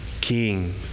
king